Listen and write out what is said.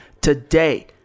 today